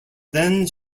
then